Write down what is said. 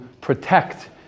protect